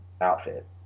outfit